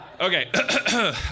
Okay